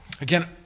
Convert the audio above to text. Again